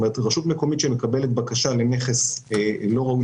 רשות מקומית שמקבלת בקשה לנכס לא ראוי